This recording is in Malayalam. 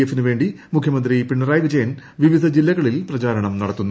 എഫിനു വേണ്ടി മുഖ്യമന്ത്രി പിണറായി വിജയൻ വിവിധ ജില്ലകളിൽ പ്രചാരണം നടത്തുന്നു